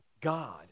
God